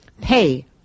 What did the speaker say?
pay